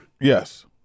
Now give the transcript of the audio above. Yes